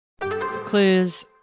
Clues